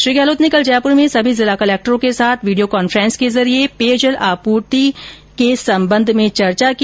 श्री गहलोत ने कल जयपुर में सभी जिला कलेक्टरों के साथ वीडियो कॉन्फ्रेंस के जरिये पेयजल आपूर्ति के संबंध में चर्चा की